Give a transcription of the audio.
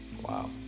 Wow